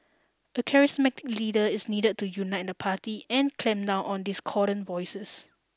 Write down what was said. a charismatic leader is needed to unite the party and clamp down on discordant voices